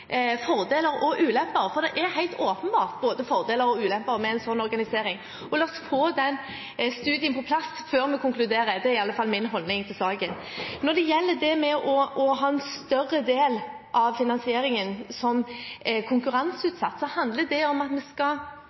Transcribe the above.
fordeler og ulemper, for det er helt åpenbart både fordeler og ulemper med en sånn organisering. La oss få den studien på plass før vi konkluderer. Det er iallfall min holdning til saken. Når det gjelder det å ha en større del av finansieringen som konkurranseutsatt, handler det om at vi